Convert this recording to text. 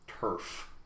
Turf